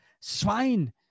Swine